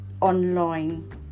online